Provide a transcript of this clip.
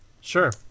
Sure